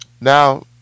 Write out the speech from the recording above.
Now